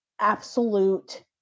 absolute